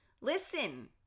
listen